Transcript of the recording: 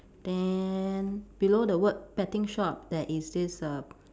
then below the word betting shop there is this err